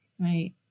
right